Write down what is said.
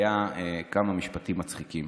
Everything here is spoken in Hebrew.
היו כמה משפטים מצחיקים.